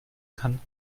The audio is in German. kann